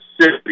city